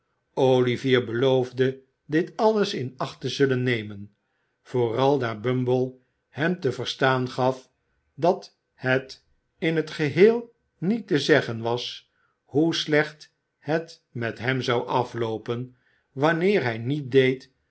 olivier beloofde dit alles in acht te zullen nemen vooral daar bumble hem te verstaan gaf dat het in t geheel niet te zeggen was hoe slecht het met hem zou afloopen wanneer hij niet deed